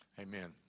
Amen